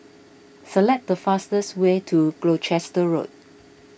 select the fastest way to Gloucester Road